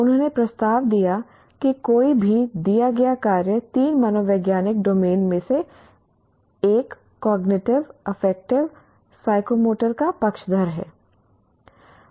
उन्होंने प्रस्ताव दिया कि कोई भी दिया गया कार्य तीन मनोवैज्ञानिक डोमेन में से एक कॉग्निटिव अफेक्टिव साइकोमोटर का पक्षधर है